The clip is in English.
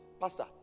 Pastor